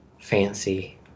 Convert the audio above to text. fancy